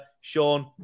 Sean